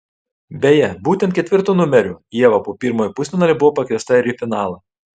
beje būtent ketvirtu numeriu ieva po pirmojo pusfinalio buvo pakviesta ir į finalą